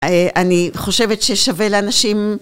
אני חושבת ששווה לאנשים